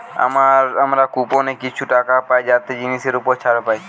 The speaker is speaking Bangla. আমরা কুপনে কিছু টাকা পাই যাতে জিনিসের উপর ছাড় পাই